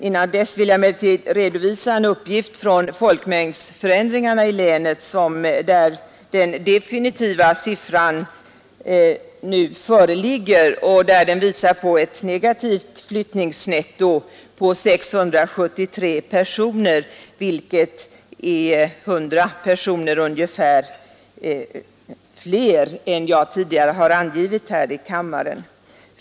Innan dess vill jag emellertid redovisa en uppgift om folkmängdsförändringarna i länet, där den definitiva siffran nu föreligger. Den visar ett negativt flyttningsnetto på 673 personer, vilket är ungefär 100 personer fler än jag tidigare har angivit här i kammaren.